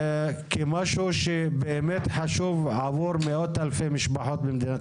כמשהו שבאמת חשוב עבור מאות אלפי משפחות במדינת